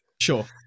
sure